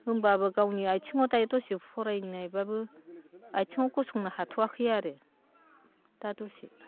होनबाबो गावनि आथिङाव दायो दसे फरायनायबाबो आथिङाव गसंनो हाथ'वाखै आरो दा दसे